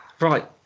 Right